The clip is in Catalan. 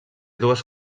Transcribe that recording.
dues